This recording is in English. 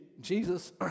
Jesus